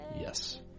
Yes